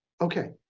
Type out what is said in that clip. Okay